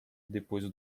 depois